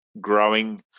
growing